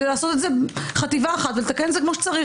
ולעשות את זה חטיבה אחת ולתקן את זה כמו שצריך,